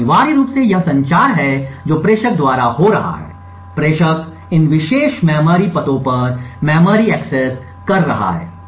तो अनिवार्य रूप से यह संचार है जो प्रेषक द्वारा हो रहा है प्रेषक इन विशेष मेमोरी पतों पर मेमोरी एक्सेस कर रहा है